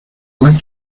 alas